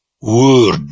word